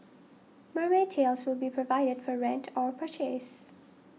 mermaid tails will be provided for rent or purchase